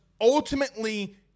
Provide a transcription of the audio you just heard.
ultimately